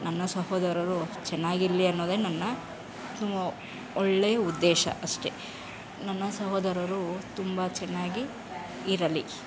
ನನ್ನ ಸಹೋದರರು ಚೆನ್ನಾಗಿರಲಿ ಅನ್ನೋದೇ ನನ್ನ ಒಳ್ಳೆಯ ಉದ್ದೇಶ ಅಷ್ಟೇ ನನ್ನ ಸಹೋದರರು ತುಂಬ ಚೆನ್ನಾಗಿ ಇರಲಿ